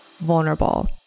vulnerable